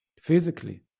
physically